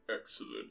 excellent